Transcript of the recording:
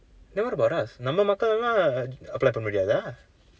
then what about us நம்ம மக்கள் எல்லாம்:namma makkal ellaam apply பண்ண முடியாத:panna mudyaatha